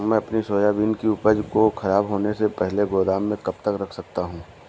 मैं अपनी सोयाबीन की उपज को ख़राब होने से पहले गोदाम में कब तक रख सकता हूँ?